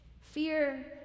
Fear